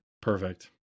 Perfect